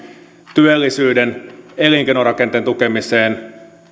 työllisyyden elinkeinorakenteen tukemiseen